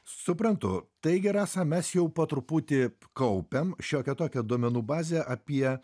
suprantu taigi rasa mes jau po truputį kaupiam šiokią tokią duomenų bazę apie